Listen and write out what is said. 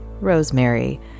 Rosemary